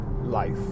life